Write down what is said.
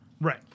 Right